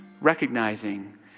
Recognizing